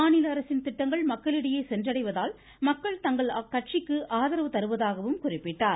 மாநில அரசின் திட்டங்கள் மக்களிடையே சென்றடைவதால் மக்கள் தங்கள் கட்சிக்கு ஆதரவு தருவதாகவும் அவர் குறிப்பிட்டார்